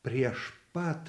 prieš pat